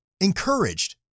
encouraged